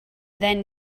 then